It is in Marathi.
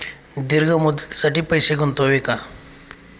दीर्घ मुदतीसाठी पैसे गुंतवावे का?